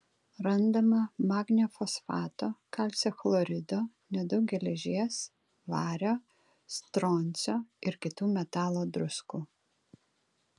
randama magnio fosfato kalcio chlorido nedaug geležies vario stroncio ir kitų metalo druskų